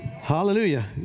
Hallelujah